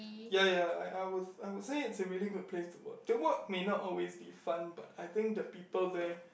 ya ya I I would I would say it's a really good place to work the work may not always be fun but I think the people there